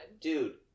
dude